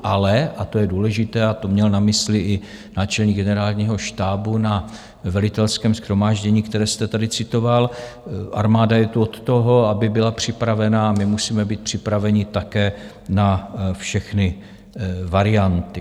Ale a to je důležité a to měl na mysli i náčelník generálního štábu na velitelském shromáždění, které jste tady citoval armáda je tu od toho, aby byla připravena, my musíme být připraveni také na všechny varianty.